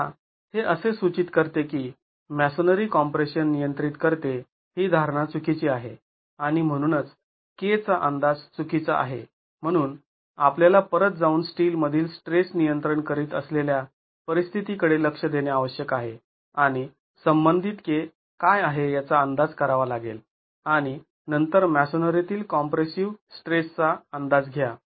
आता हे असे सूचित करते की मॅसोनरी कॉम्प्रेशन नियंत्रित करते ही धारणा चुकीची आहे आणि म्हणूनच k चा अंदाज चुकीचा आहे म्हणून आपल्याला परत जाऊन स्टील मधील स्ट्रेस नियंत्रण करीत असलेल्या परिस्थिती कडे लक्ष देणे आवश्यक आहे आणि संबंधित k काय आहे याचा अंदाज करावा लागेल आणि नंतर मॅसोनरीतील कॉम्प्रेसिव स्ट्रेसचा अंदाज घ्या